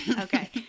Okay